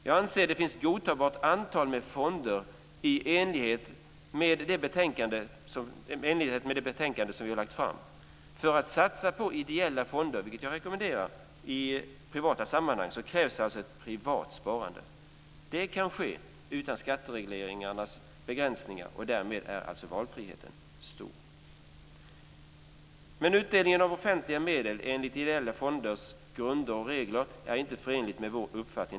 Jag anser att det finns ett godtagbart antal fonder i enlighet med det betänkande vi har lagt fram. För att satsa på ideella fonder, vilket jag rekommenderar, krävs alltså ett privat sparande. Det kan ske utan skattereglernas begränsning, och därmed är valfriheten stor. Men utdelningen av offentliga medel enligt ideella fonders grunder och regler är inte förenligt med vår uppfattning.